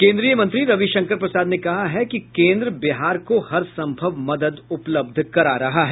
केन्द्रीय मंत्री रवि शंकर प्रसाद ने कहा है कि केन्द्र बिहार को हर संभव मदद उपलब्ध करा रहा है